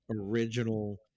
original